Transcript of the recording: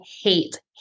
hate